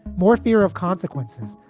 more fear of consequences,